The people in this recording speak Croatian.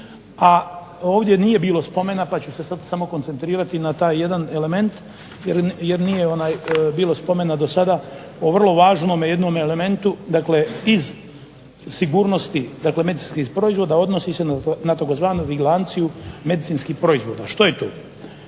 A ovdje nije bilo spomena pa ću se sad samo koncentrirati na taj jedan element jer nije bilo spomena dosada o vrlo važnome jednome elementu, dakle iz sigurnosti medicinskih proizvoda odnosi se na tzv. vigilanciju medicinskih proizvoda. Što je to?